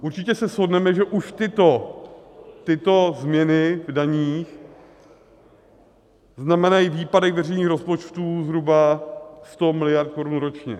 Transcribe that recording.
Určitě se shodneme, že už tyto změny v daních znamenají výpadek veřejných rozpočtů zhruba 100 miliard korun ročně.